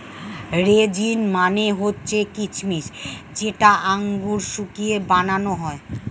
raisin মানে হচ্ছে কিচমিচ যেটা আঙুর শুকিয়ে বানানো হয়